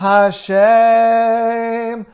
Hashem